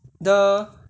the